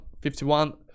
51